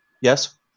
Yes